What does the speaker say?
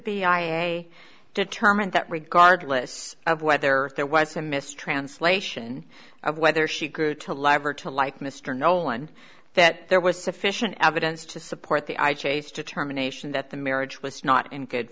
i determined that regardless of whether there was a mistranslation of whether she grew to live or to like mr nolan that there was sufficient evidence to support the i chase determination that the marriage was not in good